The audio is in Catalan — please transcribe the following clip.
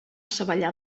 savallà